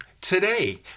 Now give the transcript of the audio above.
today